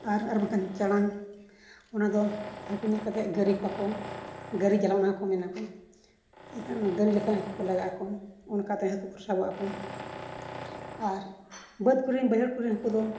ᱟᱨ ᱟᱨᱵᱟᱝᱠᱷᱟᱱ ᱪᱟᱬᱟᱝ ᱚᱱᱟᱫᱚ ᱦᱟᱹᱠᱩ ᱧᱮᱞ ᱠᱟᱛᱮᱫ ᱜᱟᱹᱨᱤ ᱠᱚᱣᱟ ᱠᱚ ᱜᱟᱹᱨᱤ ᱡᱟᱞᱟᱢ ᱚᱱᱟ ᱦᱚᱸᱠᱚ ᱢᱮᱱᱟᱠᱚ ᱤᱱᱠᱷᱟᱱ ᱚᱱᱟ ᱜᱟᱹᱨᱤ ᱞᱮᱠᱷᱟᱱ ᱦᱟᱹᱠᱩ ᱠᱚ ᱞᱟᱜᱟ ᱟᱠᱚ ᱚᱱᱠᱟ ᱛᱮᱦᱚᱸ ᱦᱟᱹᱠᱩ ᱠᱚ ᱥᱟᱵᱚᱜ ᱟᱠᱚ ᱟᱨ ᱵᱟᱹᱫᱽ ᱠᱚᱨᱮᱱ ᱵᱟᱹᱭᱦᱟᱹᱲ ᱠᱚᱨᱮᱱ ᱦᱟᱹᱠᱩ ᱫᱚ